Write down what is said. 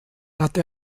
hatte